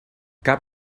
cap